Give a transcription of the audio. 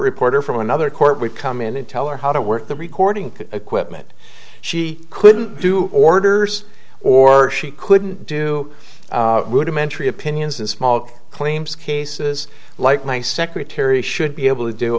reporter from another court would come in and tell her how to work the recording equipment she couldn't do orders or she couldn't do opinions in small claims cases like my secretary should be able to do